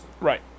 right